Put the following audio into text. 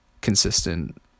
consistent